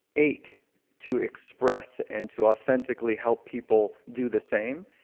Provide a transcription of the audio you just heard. ache to express and to authentically help people do the same,